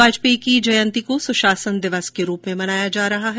वाजपेयी की जयंती को सुशासन दिवस के रूप में मनाया जा रहा है